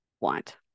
want